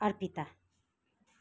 Arpita